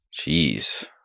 Jeez